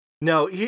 No